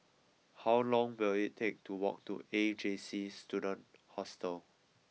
how long will it take to walk to A J C Student Hostel